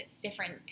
different